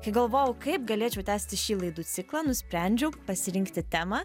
kai galvojau kaip galėčiau tęsti šį laidų ciklą nusprendžiau pasirinkti temą